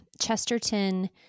Chesterton